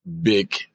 big